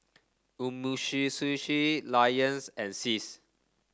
Lions and SIS